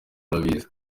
urabizi